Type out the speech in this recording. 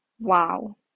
wow